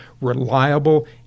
reliable